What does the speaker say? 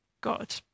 God